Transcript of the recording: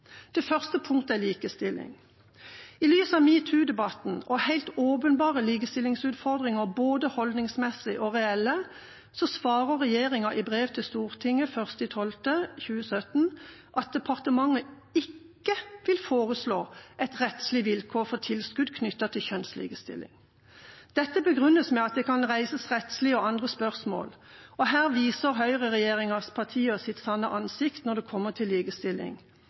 Det første punktet gjelder likestilling. I lys av metoo-debatten og helt åpenbare likestillingsutfordringer, både holdningsmessige og reelle, svarer regjeringa i brev til Stortinget den 1. desember 2017 at departementet ikke vil foreslå et rettslig vilkår for tilskudd knyttet til kjønnslikestilling. Dette begrunnes med at det kan reises rettslige og andre spørsmål. Her viser høyreregjeringas partier sitt sanne ansikt når det kommer til likestilling